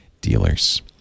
dealers